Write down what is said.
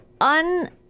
un-